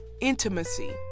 intimacy